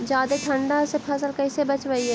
जादे ठंडा से फसल कैसे बचइबै?